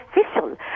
official